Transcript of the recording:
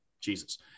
Jesus